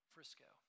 Frisco